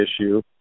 issue